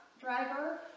driver